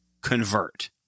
convert